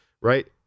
right